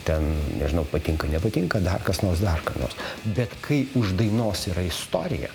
ten nežinau patinka nepatinka dar kas nors dar ką nors bet kai už dainos yra istorija